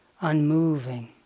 unmoving